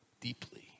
deeply